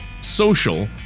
social